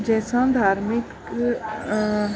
जंहिंसां धार्मिक